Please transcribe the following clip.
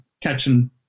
catching